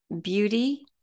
beauty